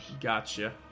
gotcha